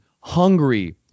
hungry